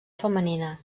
femenina